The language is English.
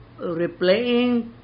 replaying